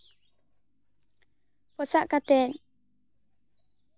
ᱯᱚᱥᱟᱜ ᱠᱟᱛᱮ